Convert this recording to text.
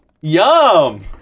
Yum